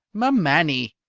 ma mannie,